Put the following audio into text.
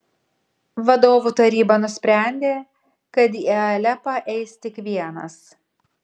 vadovų taryba nusprendė kad į alepą eis tik vienas